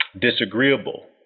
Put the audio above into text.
disagreeable